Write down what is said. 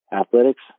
athletics